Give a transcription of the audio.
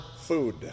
food